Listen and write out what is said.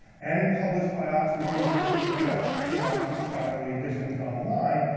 and published by oxford university press in oxford scholarly editions online,